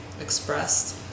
expressed